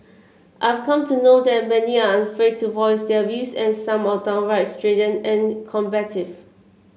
I've come to know that many are unafraid to voice their views and some are downright strident and combative